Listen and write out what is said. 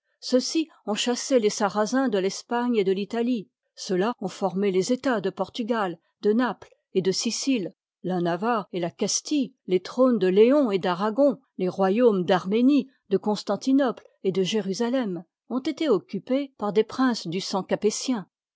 ceux-ci ont chassé les sarrasins de l'espagne et de l'italie ceux-là ont formé les etats de portugal de naples et de sicile la navarre et la castille les trônes de léon et d'aragon les royaumes d'arménie de constantinople et de jérusalem ont été occupés par r pirt des princes du sang capétien